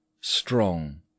strong